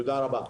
תודה רבה.